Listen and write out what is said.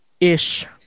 ish